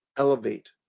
elevate